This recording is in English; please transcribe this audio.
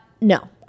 No